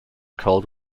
cold